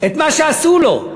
את מה שעשו לו.